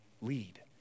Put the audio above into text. lead